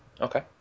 Okay